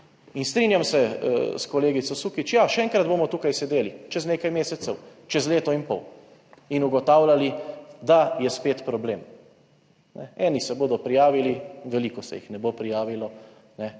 In strinjam se s kolegico Sukič, ja, še enkrat bomo tu sedeli čez nekaj mesecev, čez leto in pol in ugotavljali, da je spet problem - eni se bodo prijavili, veliko se jih ne bo prijavilo. In